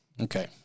Okay